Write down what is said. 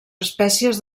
espècies